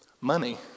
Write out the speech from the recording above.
Money